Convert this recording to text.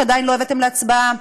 שעדיין לא הבאתם להצבעה.